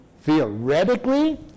theoretically